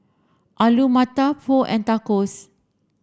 Alu Matar Pho and Tacos